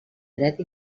dret